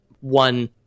one